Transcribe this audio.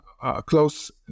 close